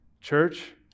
church